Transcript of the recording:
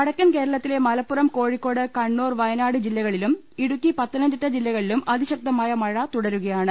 വടക്കൻ കേരളത്തിലെ മലപ്പുറം കോഴിക്കോട് കണ്ണൂർ വയനാട് ജില്ലകളിലും ഇടുക്കി പത്തനംതിട്ട ജില്ലകളിലും അതിശക്തമായ മഴ തുടരുകയാണ്